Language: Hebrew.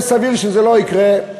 וסביר שזה לא יקרה,